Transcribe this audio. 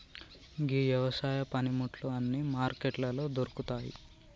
గీ యవసాయ పనిముట్లు అన్నీ మార్కెట్లలో దొరుకుతాయి